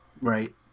Right